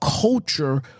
culture